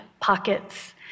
pockets